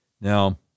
Now